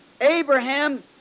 Abraham